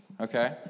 Okay